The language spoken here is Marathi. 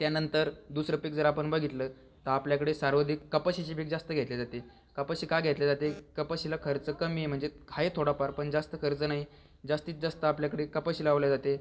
त्यानंतर दुसरं पीक जर आपण बघितलं तर आपल्याकडे सर्वाधिक कपाशीचे पीक जास्त घेतल्या जाते कपाशी का घेतल्या जाते कपाशीला खर्च कमी आहे म्हणजे आहे थोडाफार पण जास्त खर्च नाही जास्तीत जास्त आपल्याकडे कपाशी लावल्या जाते